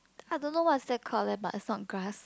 I don't know what's that called leh but is not grass